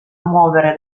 muovere